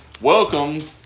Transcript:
welcome